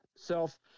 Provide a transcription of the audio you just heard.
Self